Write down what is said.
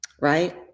right